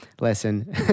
listen